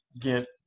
get